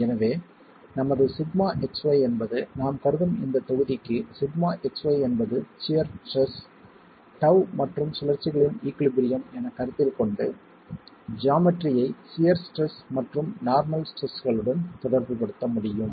எனவே நமது σxy என்பது நாம் கருதும் இந்தத் தொகுதிக்கு σxy என்பது சியர் ஸ்ட்ரெஸ் τ மற்றும் சுழற்சிகளின் ஈகுழிபறியும் என கருத்தில் கொண்டு ஜாமெட்ரியை சியர் ஸ்ட்ரெஸ் மற்றும் நார்மல் ஸ்ட்ரெஸ்களுடன் தொடர்புபடுத்த முடியும்